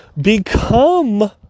Become